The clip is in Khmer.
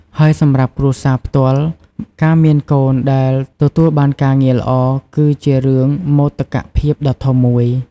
ហើយសម្រាប់គ្រួសារផ្ទាល់ ការមានកូនដែលទទួលបានការងារល្អ គឺជារឿងមោទកភាពដ៏ធំមួយ។